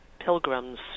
Pilgrims